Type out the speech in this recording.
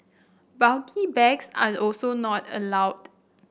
bulky bags are also not allowed